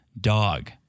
Dog